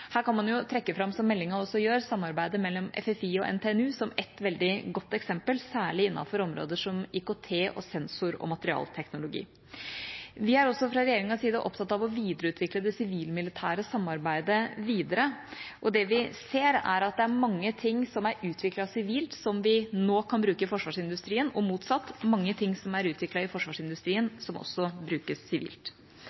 Her kan man trekke fram, som meldinga også gjør, samarbeidet mellom FFI og NTNU som ett veldig godt eksempel, særlig innenfor områder som IKT og sensor- og materialteknologi. Vi er også fra regjeringas side opptatt av å videreutvikle det sivil-militære samarbeidet, og det vi ser, er at det er mange ting som er utviklet sivilt, som vi nå kan bruke i forsvarsindustrien – og motsatt: Det er mange ting som er utviklet i forsvarsindustrien,